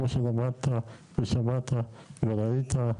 כמו שלמדת ושמעת וראית,